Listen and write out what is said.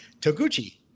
Toguchi